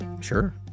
Sure